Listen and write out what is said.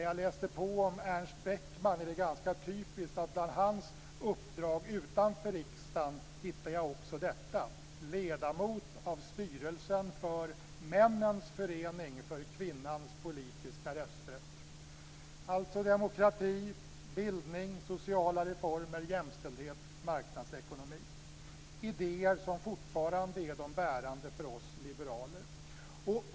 Jag läste på om Ernst Beckman och det är ganska typiskt att bland hans uppdrag utanför riksdagen hitta också detta: "Ledamot av styrelsen för Männens förening för kvinnans politiska rösträtt" - alltså demokrati, bildning, sociala reformer, jämställdhet och marknadsekonomi, idéer som fortfarande är de bärande för oss liberaler.